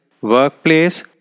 workplace